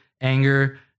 anger